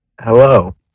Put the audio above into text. Hello